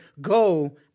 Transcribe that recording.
Go